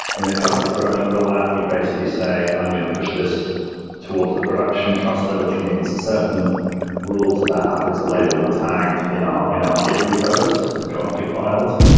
in a classic production rollout, we'd basically say, i'm going to push this towards the production cluster, which means certain rules about how things are labeled and tagged in our in our git repos and the config files.